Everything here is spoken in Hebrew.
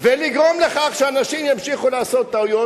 ולגרום לכך שאנשים ימשיכו לעשות טעויות